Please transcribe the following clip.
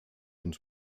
und